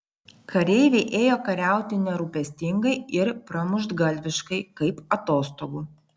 kareiviai ėjo kariauti nerūpestingai ir pramuštgalviškai kaip atostogų